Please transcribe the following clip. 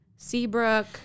Seabrook